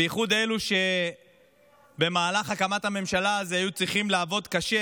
בייחוד אלו שבמהלך הקמת הממשלה היו צריכים לעבוד קשה